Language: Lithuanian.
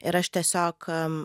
ir aš tiesiog am